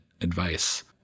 advice